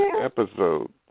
episode